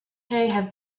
have